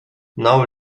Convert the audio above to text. now